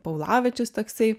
paulavičius toksai